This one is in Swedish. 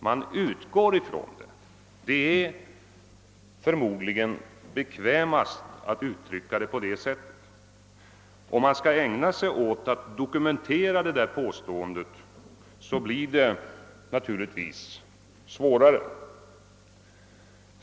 Man utgår från det. Det är förmodligen bekvämast att uttrycka saken på det sättet. Om man skall ägna sig åt att dokumentera det där påståendet blir det naturligtvis svårare.